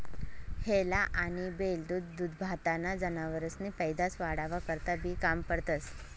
हेला आनी बैल दूधदूभताना जनावरेसनी पैदास वाढावा करता बी काम पडतंस